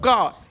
God